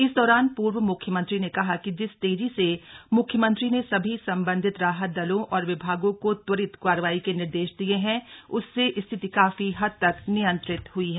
इस दौरान पूर्व म्ख्यमंत्री ने कहा कि जिस तेजी से म्ख्यमंत्री ने सभी सबंधित राहत दलों और विभागों को त्वरित कार्रवाई के निर्देश दिये उससे स्थिति काफी हद तक नियंत्रित हई है